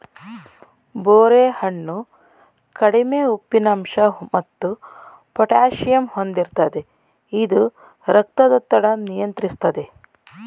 ಬೋರೆ ಹಣ್ಣು ಕಡಿಮೆ ಉಪ್ಪಿನಂಶ ಮತ್ತು ಪೊಟ್ಯಾಸಿಯಮ್ ಹೊಂದಿರ್ತದೆ ಇದು ರಕ್ತದೊತ್ತಡ ನಿಯಂತ್ರಿಸ್ತದೆ